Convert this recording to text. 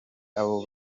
abo